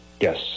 Yes